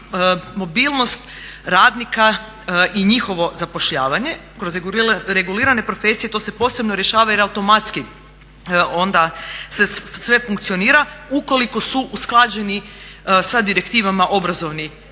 mobilnost radnika i njihovo zapošljavanje. Kroz regulirane profesije to se posebno rješava jer automatski onda sve funkcionira. Ukoliko su usklađeni sa direktivama obrazovni